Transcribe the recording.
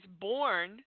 born